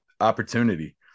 opportunity